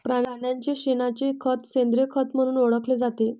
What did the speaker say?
प्राण्यांच्या शेणाचे खत सेंद्रिय खत म्हणून ओळखले जाते